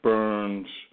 Burns